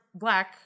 Black